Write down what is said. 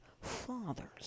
fathers